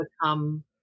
become